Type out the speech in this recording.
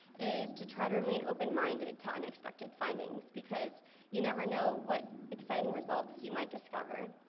is to try to remain open minded to unexpected findings. because you never know what exciting results you might discover.